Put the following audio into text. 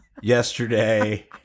Yesterday